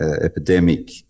Epidemic